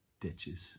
ditches